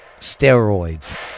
steroids